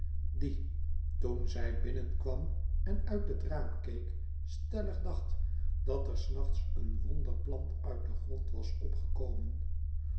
die toen zij binnen kwam en uit het raam keek stellig dacht dat er s nachts een wonderplant uit den grond was opgekomen